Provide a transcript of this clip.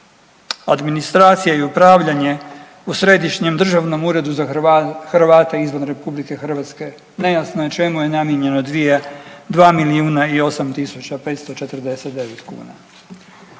administracija i upravljanje u Središnjem državnom uredu za Hrvate izvan RH nejasno je čemu je namijenjeno 2 milijuna i 8 tisuća 549 kuna.